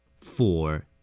Four